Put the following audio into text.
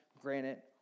granite